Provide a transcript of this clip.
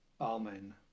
Amen